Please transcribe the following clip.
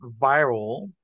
viral